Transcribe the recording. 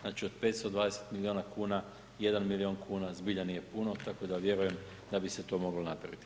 Znači od 520 milijuna kuna 1 milijun kuna zbilja nije puno tako da vjerujem da bi se to moglo napraviti.